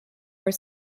were